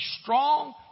strong